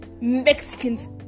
Mexicans